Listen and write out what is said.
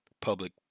public